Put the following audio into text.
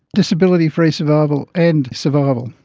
disability-free survival and survival.